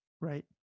Right